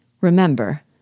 Remember